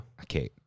Okay